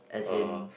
as in